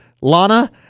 Lana